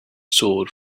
sword